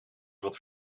wat